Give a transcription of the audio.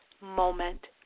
moment